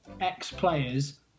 ex-players